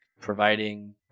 providing